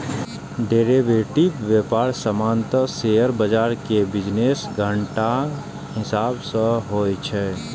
derivative व्यापार सामान्यतः share बाजार के बिजनेस घंटाक हिसाब सं होइ छै